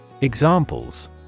Examples